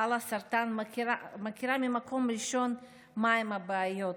חלאסרטן, מכירה ממקור ראשון את הבעיות.